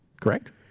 Correct